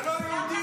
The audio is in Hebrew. אתה לא יהודי,